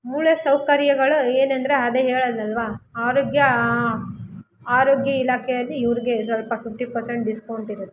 ಮೂಲ ಸೌಕರ್ಯಗಳು ಏನೆಂದರೆ ಅದೇ ಹೇಳಿದ್ನಲ್ವಾ ಆರೋಗ್ಯ ಆರೋಗ್ಯ ಇಲಾಖೆಯಲ್ಲಿ ಇವ್ರಿಗೆ ಸ್ವಲ್ಪ ಫಿಫ್ಟಿ ಪರ್ಸೆಂಟ್ ಡಿಸ್ಕೌಂಟಿರುತ್ತೆ